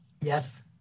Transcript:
Yes